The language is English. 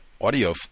audio